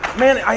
man,